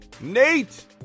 Nate